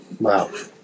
Wow